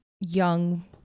young